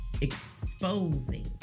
exposing